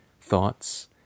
thoughts